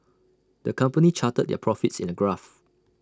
the company charted their profits in A graph